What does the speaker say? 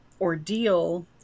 ordeal